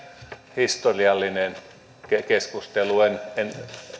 historiallinen keskustelu en en